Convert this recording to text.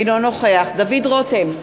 אינו נוכח דוד רותם,